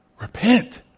Repent